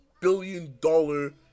billion-dollar